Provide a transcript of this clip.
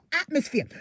atmosphere